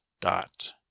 dot